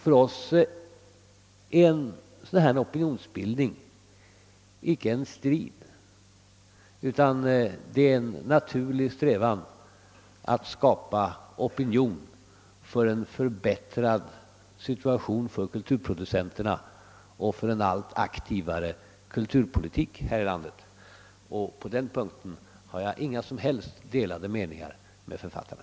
Vi ser en opinionsbildning av denna typ icke som en strid utan som en naturlig strävan att skapa opinion för en förbättrad situation för kulturproducenterna och för en allt aktivare kulturpolitik i vårt land. På denna punkt har jag ingen som helst annan mening i förhållande till författarna.